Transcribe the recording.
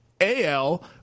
AL